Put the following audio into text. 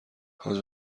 حاج